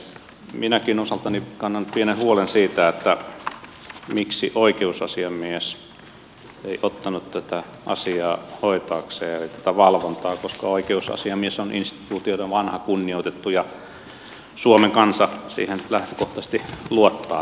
minäkin osaltani kannan pienen huolen siitä miksi oikeusasiamies ei ottanut tätä asiaa hoitaakseen tätä valvontaa koska oikeusasiamies on instituutiona vanha ja kunnioitettu ja suomen kansa siihen lähtökohtaisesti luottaa noin pääsääntöisesti